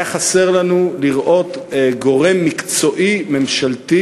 היה חסר לנו לראות גורם מקצועי ממשלתי